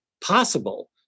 possible